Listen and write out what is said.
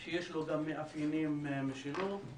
שיש לו מאפיינים משלו.